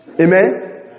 amen